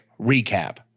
recap